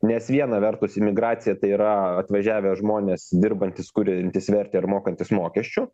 nes viena vertus imigracija tai yra atvažiavę žmonės dirbantys kuriantys vertę ir mokantys mokesčių